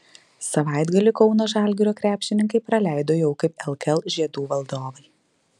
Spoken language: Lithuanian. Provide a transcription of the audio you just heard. savaitgalį kauno žalgirio krepšininkai praleido jau kaip lkl žiedų valdovai